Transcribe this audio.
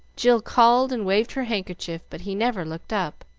jill called and waved her handkerchief, but he never looked up,